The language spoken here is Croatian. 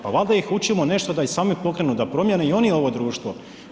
Pa valjda ih učimo nešto da i sami pokrenu, da promijene i oni ovo društvo.